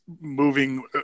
moving